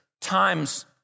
times